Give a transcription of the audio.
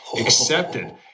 accepted